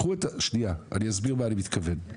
אני אסביר למה אני מתכוון.